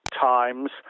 times